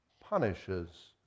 punishes